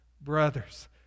brothers